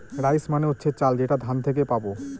rice মানে হচ্ছে চাল যেটা ধান থেকে পাবো